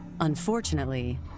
Unfortunately